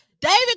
David